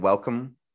Welcome